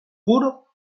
pur